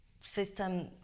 system